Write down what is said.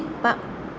part